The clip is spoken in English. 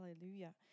Hallelujah